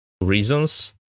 reasons